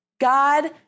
God